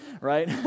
right